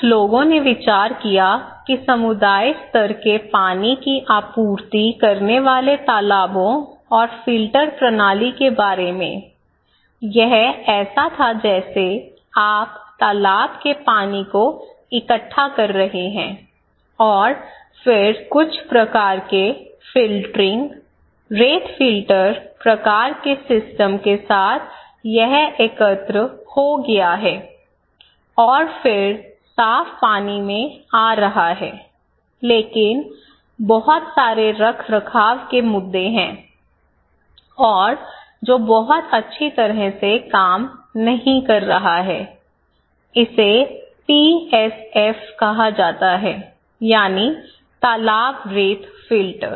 कुछ लोगों ने विचार किया कि समुदाय स्तर के पानी की आपूर्ति करने वाले तालाबों और फिल्टर प्रणाली के बारे में यह ऐसा था जैसे आप तालाब के पानी को इकट्ठा कर रहे हैं और फिर कुछ प्रकार के फ़िल्टरिंग रेत फिल्टर प्रकार के सिस्टम के साथ यह एकत्र हो गया है और फिर साफ पानी में आ रहा है लेकिन बहुत सारे रखरखाव के मुद्दे हैं और जो बहुत अच्छी तरह से काम नहीं कर रहा है इसे पीएसएफ कहा जाता है तालाब रेत फिल्टर